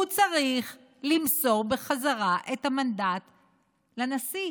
הוא צריך למסור בחזרה את המנדט לנשיא.